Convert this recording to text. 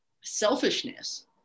selfishness